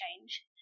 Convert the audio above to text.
change